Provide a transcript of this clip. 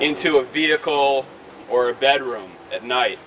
into a vehicle or bedroom at night